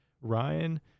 Ryan